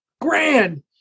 grand